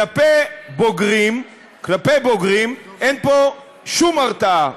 כלפי בוגרים אין פה שום הרתעה,